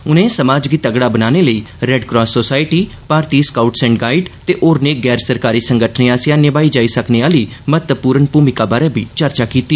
उनें समाज गी तगड़ा बनाने लेई red cross society Bharati scouts and guide ते होरने गैर सरकारी संगठनें आसेआ निमाई जाई सकने आहली महत्वपूर्ण भूमिका बारै बी चर्चा कीती